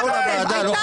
אתה כתבת: הייתה